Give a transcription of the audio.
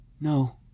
No